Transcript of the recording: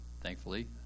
thankfully